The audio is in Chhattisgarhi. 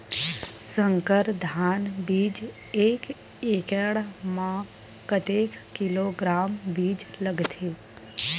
संकर धान बीज एक एकड़ म कतेक किलोग्राम बीज लगथे?